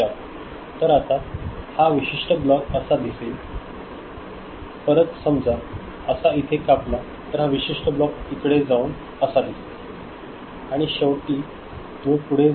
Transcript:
तर आता हा विशिष्ट ब्लॉक असा दिसेल परत समजा असा इथे कापले तर हा विशिष्ट ब्लॉक इकडे जाऊन असा दिसेल आणि शेवटीतुम्ही असे पुढे जाल